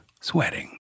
sweating